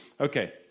okay